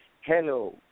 hello